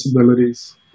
possibilities